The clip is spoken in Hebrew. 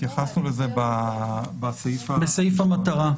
התייחסנו לזה בסעיף המטרה.